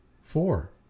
Four